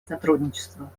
сотрудничества